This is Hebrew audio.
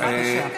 בבקשה.